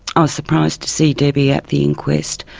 i was surprised to see debbie at the inquest,